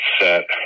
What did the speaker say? set